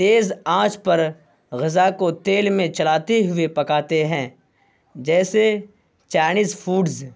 تیز آنچ پر غذا کو تیل میں چلاتے ہوئے پکاتے ہیں جیسے چائنیز فوڈز